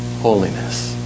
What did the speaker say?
holiness